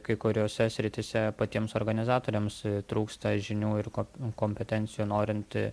kai kuriose srityse patiems organizatoriams trūksta žinių ir kop kompetencijų norint